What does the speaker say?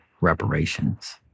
reparations